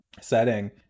setting